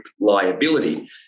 liability